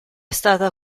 stata